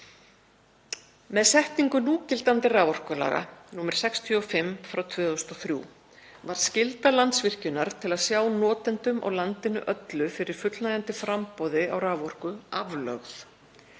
Með setningu núgildandi raforkulaga, nr. 65/2003, var skylda Landsvirkjunar til að sjá notendum á landinu öllu fyrir fullnægjandi framboði á raforku aflögð.